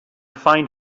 find